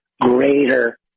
greater